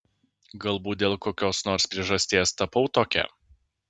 galbūt dėl kokios nors priežasties tapau tokia